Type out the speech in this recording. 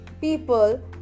people